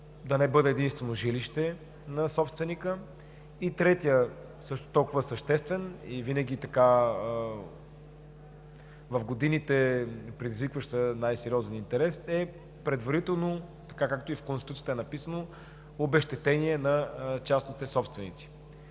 да не бъде единственото жилище на собственика. Третият, също толкова съществен и винаги предизвикващ в годините най-сериозен интерес, е предварително, така както и в Конституцията е написано, обезщетение на частните собственици.